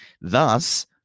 Thus